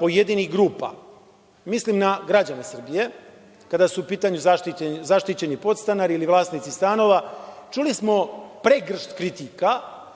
pojedinih grupa, mislim na građane Srbije, kada su u pitanju zaštićeni podstanari ili vlasnici stanova, čuli smo pregršt kritika